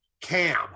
Cam